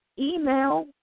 Email